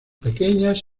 pequeñas